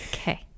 Okay